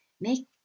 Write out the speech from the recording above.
make